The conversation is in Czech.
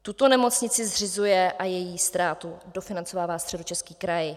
Tuto nemocnici zřizuje a její ztrátu dofinancovává Středočeský kraj.